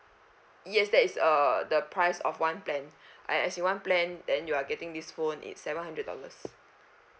yes that is err the price of one plan uh as in one plan then you are getting this phone it's seven hundred dollars